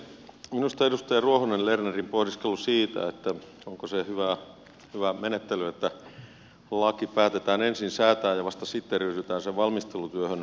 minusta edustaja ruohonen lernerin pohdiskelu siitä onko se hyvää menettelyä että laki päätetään ensin säätää ja vasta sitten ryhdytään sen valmistelutyöhön on aivan perusteltu